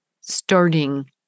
starting